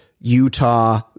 Utah